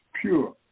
pure